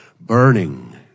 burning